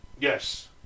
Yes